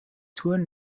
twin